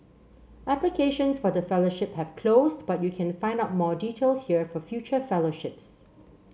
applications for the fellowship have closed but you can find out more details here for future fellowships